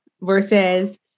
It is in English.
versus